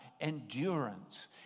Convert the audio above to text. endurance